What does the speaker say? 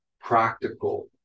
practical